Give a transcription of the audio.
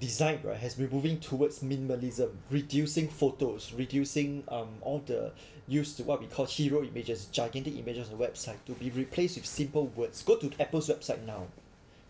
design right has been moving towards minimalism reducing photos reducing um all the used to what we call hero images gigantic images of website to be replaced with simple words go to Apple's website now